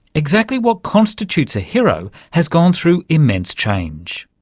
exactly what constitutes a hero has gone through immense change.